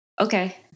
Okay